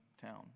town